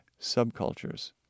subcultures